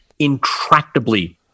intractably